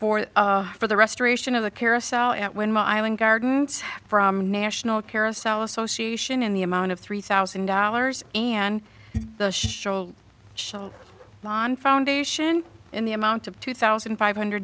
for the restoration of the carousel at when my island gardens from national carousel association in the amount of three thousand dollars and the lon foundation in the amount of two thousand five hundred